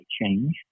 change